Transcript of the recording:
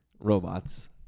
robots